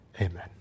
Amen